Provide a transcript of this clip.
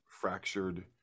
fractured